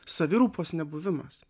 savirūpos nebuvimas